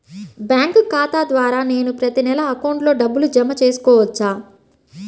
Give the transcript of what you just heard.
Bank ఖాతా ద్వారా నేను ప్రతి నెల అకౌంట్లో డబ్బులు జమ చేసుకోవచ్చా?